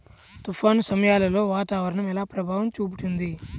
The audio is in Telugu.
తుఫాను సమయాలలో వాతావరణం ఎలా ప్రభావం చూపుతుంది?